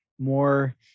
more